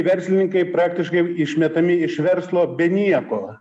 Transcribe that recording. verslininkai praktiškai išmetami iš verslo be nieko